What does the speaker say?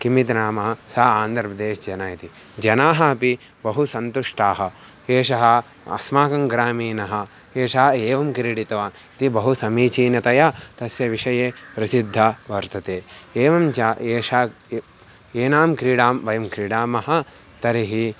किमिति नाम सा आन्ध्रप्रदेशजनः इति जनाः अपि बहु सन्तुष्टाः एषः अस्माकं ग्रामीणः एषः एवं क्रीडितवान् इति बहु समीचीनतया तस्य विषये प्रसिद्धा वर्तते एवं च एषा एनां क्रीडां वयं क्रीडामः तर्हि